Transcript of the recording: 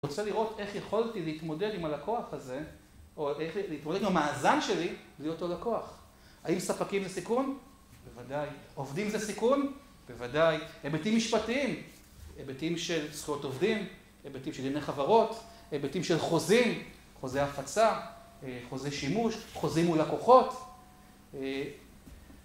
אני רוצה לראות איך יכולתי להתמודד עם הלקוח הזה, או איך להתמודד עם המאזן שלי, להיות הלקוח. האם ספקים זה סיכון? בוודאי. עובדים זה סיכון? בוודאי. היבטים משפטיים? היבטים של זכויות עובדים, היבטים של דיני חברות, היבטים של חוזים, חוזי הפצה, חוזי שימוש, חוזים מול לקוחות.